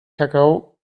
kakao